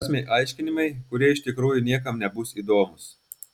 vėl tie beprasmiai aiškinimai kurie iš tikrųjų niekam nebus įdomūs